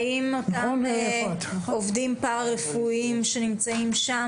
האם אותם עובדים פרא-רפואיים שנמצאים שם